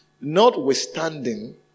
Notwithstanding